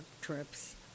trips